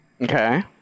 okay